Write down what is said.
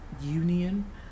Union